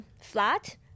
flat